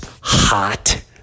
hot